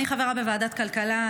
אני חברה בוועדת הכלכלה,